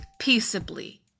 peaceably